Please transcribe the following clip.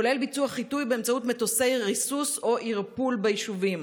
כולל ביצוע חיטוי באמצעות מטוסי ריסוס או ערפול ביישובים.